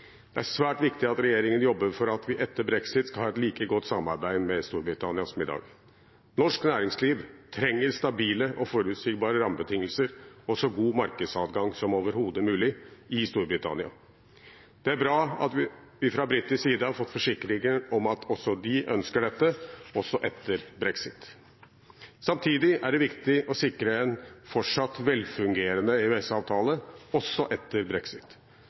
Det er svært viktig at regjeringen jobber for at vi etter brexit skal ha et like godt samarbeid med Storbritannia som i dag. Norsk næringsliv trenger stabile og forutsigbare rammebetingelser og så god markedsadgang som overhodet mulig i Storbritannia. Det er bra at vi fra britisk side har fått forsikringer om at også de ønsker dette, også etter brexit. Samtidig er det viktig å sikre en fortsatt velfungerende EØS-avtale, også etter brexit.